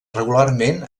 regularment